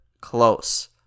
close